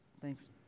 thanks